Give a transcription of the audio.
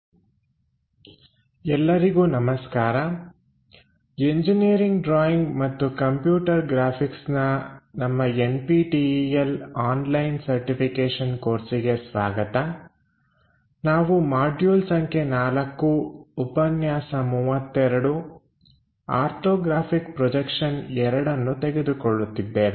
orthographic projection IIಭಾಗ 2 ಎಲ್ಲರಿಗೂ ನಮಸ್ಕಾರ ಎಂಜಿನಿಯರಿಂಗ್ ಡ್ರಾಯಿಂಗ್ ಮತ್ತು ಕಂಪ್ಯೂಟರ್ ಗ್ರಾಫಿಕ್ಸ್ನ ನಮ್ಮ N P T E L online certification ಕೋರ್ಸಿಗೆ ಸ್ವಾಗತ ನಾವು ಮಾಡ್ಯೂಲ್ ಸಂಖ್ಯೆ 4 ಉಪನ್ಯಾಸ 32 ಆರ್ಥೋಗ್ರಾಫಿಕ್ ಪ್ರೊಜೆಕ್ಷನ್ II ಅನ್ನು ತೆಗೆದುಕೊಳ್ಳುತ್ತಿದ್ದೇವೆ